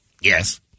Yes